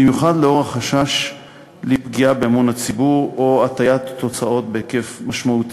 במיוחד עקב החשש לפגיעה באמון הציבור או להטיית תוצאות בהיקף משמעותי.